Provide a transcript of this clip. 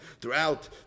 Throughout